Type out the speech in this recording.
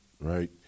right